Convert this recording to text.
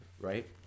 right